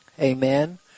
Amen